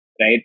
right